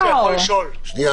--- שנייה.